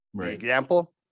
example